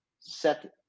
set